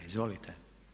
Izvolite.